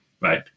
right